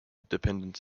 dependent